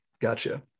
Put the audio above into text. Gotcha